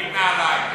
עם נעליים.